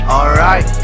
Alright